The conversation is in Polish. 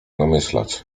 namyślać